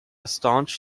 staunch